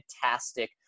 fantastic